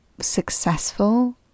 successful